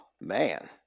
man